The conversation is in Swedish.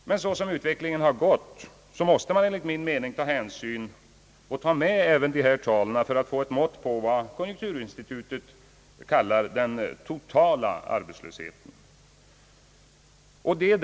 Men så som utvecklingen har gått måste vi enligt min mening ta med även dessa för att få ett mått på vad konjunkturinstitutet kallar »den totala arbetslösheten».